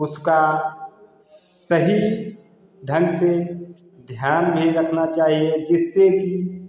उसका सही ढंग से ध्यान में रखना चाहिए जिससे कि